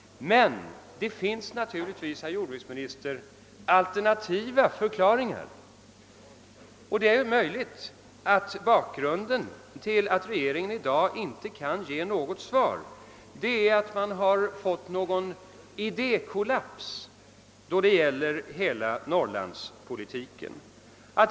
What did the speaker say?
Men det finns naturligtvis, herr jordbruksminister, alternativa förklaringar. Det är möjligt att bakgrunden till regeringens oförmåga att i dag ge något svar är något slags idékollaps beträffande hela norrlandspolitiken.